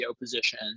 position